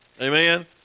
Amen